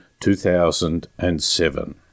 2007